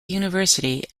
university